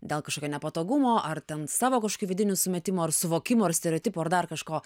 dėl kažkokio nepatogumo ar ten savo kažkokių vidinių sumetimų ar suvokimo ar stereotipų ar dar kažko